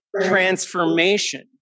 transformation